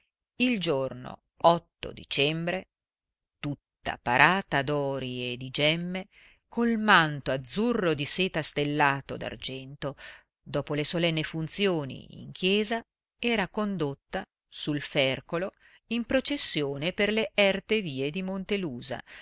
il giorno otto dicembre tutta parata d'ori e di gemme col manto azzurro di seta stellato d'argento dopo le solenni funzioni in chiesa era condotta sul fercolo in processione per le erte vie di